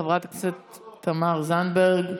חברת הכנסת תמר זנדברג,